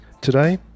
Today